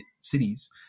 cities